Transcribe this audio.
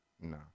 No